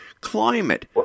climate